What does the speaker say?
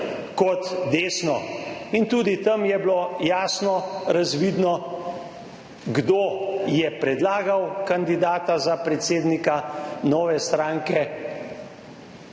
kot desno. Tudi tam je bilo jasno razvidno, kdo je predlagal kandidata za predsednika nove stranke,